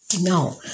No